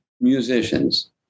musicians